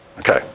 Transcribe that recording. Okay